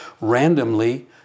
randomly